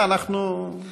כן, בבקשה, אנחנו נגיע לשם.